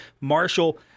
Marshall